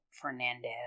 Fernandez